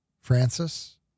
Francis